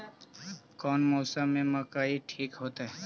कौन मौसम में मकई ठिक होतइ?